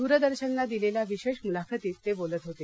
दूरदर्शनला दिलेल्या विशेष मुलाखतीत ते बोलत होते